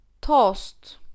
Toast